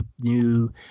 new